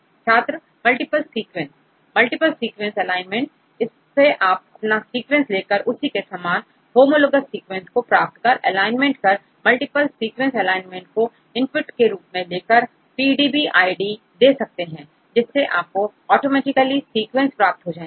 छात्र multiple sequence multiple sequence alignment इसमें आप अपना सीक्वेंस लेकर उसी के सामान होमोलॉग्स सीक्वेंस को प्राप्त कर एलाइनमेंट कर मल्टीपल सीक्वेंस एलाइनमेंट को इनपुट के रूप में लेकर PDB id दे सकते हैं जिससे आपको ऑटोमेटिकली सीक्वेंस प्राप्त हो जाएंगे